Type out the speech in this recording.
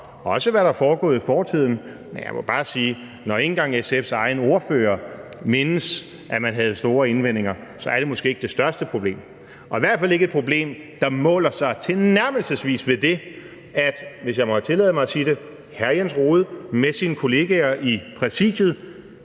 må bare sige, at når ikke engang SF's egen ordfører mindes, at man havde store indvendinger, er det måske ikke det største problem, og i hvert fald ikke et problem, der tilnærmelsesvis måler sig med det, hvis jeg må tillade mig at sige det, at hr. Jens Rohde med sine kollegaer i Præsidiet